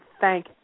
thank